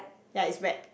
like it's wet